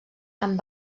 amb